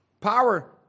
Power